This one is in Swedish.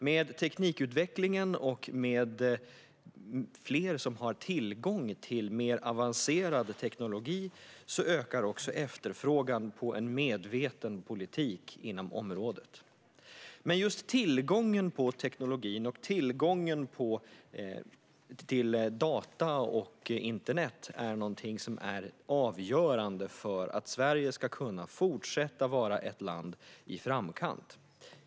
Med teknikutvecklingen och med fler som har tillgång till mer avancerad teknologi ökar också efterfrågan på en medveten politik inom området. Men just tillgången på teknologi och tillgången till data och internet är avgörande för att Sverige ska kunna fortsätta att vara ett land i framkant.